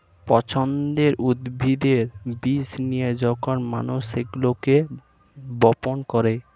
পছন্দের উদ্ভিদের বীজ নিয়ে যখন মানুষ সেগুলোকে বপন করে